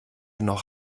noch